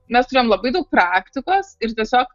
mes turėjom labai daug praktikos ir tiesiog